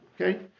Okay